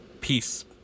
peace